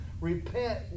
Repent